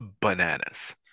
bananas